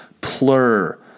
plur